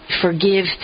forgive